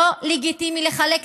לא לגיטימי לחלק,